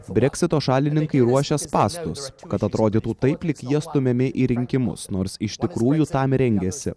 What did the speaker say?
breksito šalininkai ruošia spąstus kad atrodytų taip lyg jie stumiami į rinkimus nors iš tikrųjų tam rengėsi